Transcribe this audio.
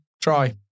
Try